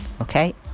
okay